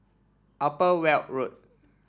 Upper Weld Road